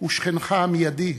הוא שכנך המיידי,